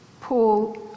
Paul